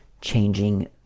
changing